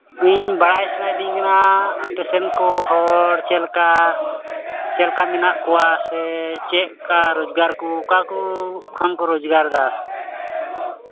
ᱤᱧ ᱵᱟᱲᱟᱭ ᱥᱟᱱᱟᱧ ᱤᱫᱤᱧ ᱠᱟᱱᱟ ᱟᱯᱮ ᱥᱮᱱ ᱠᱚ ᱦᱚᱲ ᱪᱮᱫᱠᱟ ᱪᱮᱞᱮᱠᱟ ᱢᱮᱱᱟᱜ ᱠᱚᱣᱟ ᱥᱮ ᱪᱮᱫᱠᱟ ᱨᱳᱡᱽᱜᱟᱨ ᱠᱚ ᱚᱠᱟ ᱠᱚ ᱠᱷᱚᱱ ᱠᱚ ᱨᱳᱡᱽᱜᱟᱨᱫᱟ